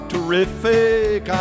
Terrific